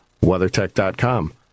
WeatherTech.com